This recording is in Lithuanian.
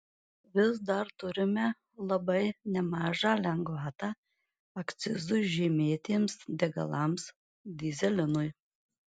vis dar turime labai nemažą lengvatą akcizui žymėtiems degalams dyzelinui